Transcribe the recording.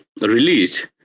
released